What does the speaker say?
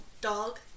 dog